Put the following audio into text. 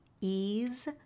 ease